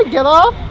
hello,